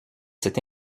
cette